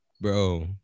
Bro